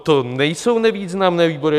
To nejsou nevýznamné výbory!